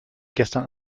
gestern